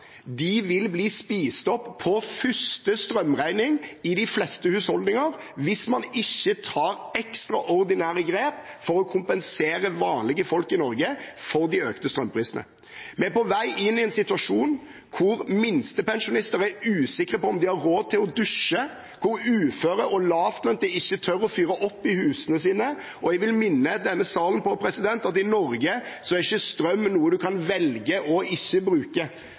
de fleste husholdninger hvis man ikke tar ekstraordinære grep for å kompensere vanlige folk i Norge for de økte strømprisene. Vi er på vei inn i en situasjon hvor minstepensjonister er usikre på om de har råd til å dusje, og hvor uføre og lavtlønte ikke tør å fyre opp i husene sine. Jeg vil minne denne sal om at i Norge er ikke strøm noe man kan velge å ikke bruke.